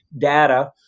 data